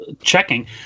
checking